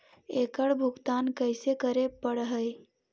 एकड़ भुगतान कैसे करे पड़हई?